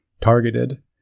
targeted